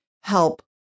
help